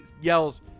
yells